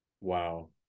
Wow